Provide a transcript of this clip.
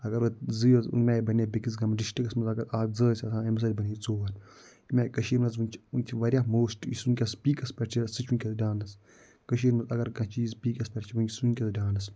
اگر وٕ زٕے ٲسۍ أمۍ آیہِ بنایہِ بیٚکِس گامَس ڈِسٹرکَس منٛز اگر اَکھ زٕ ٲسۍ آسان أمۍ سۭتۍ بنایہِ ژور وٕنۍ آیہِ کٔشیٖرِ منٛز وٕنۍ چھِ وٕنۍ چھِ واریاہ واریاہ موشٹ یُس ؤنکیٚنس پیٖکَس پٮ۪ٹھ چھِ سُہ چھِ ؤنکیٚنَس ڈانَس کٔشیٖرِ منٛز اگر کانٛہہ چیٖز پیٖکَس پٮ۪ٹھ چھِ ؤنکیٚنَس سُہ چھِ ؤنکیٚس ڈانَس